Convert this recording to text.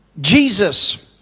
Jesus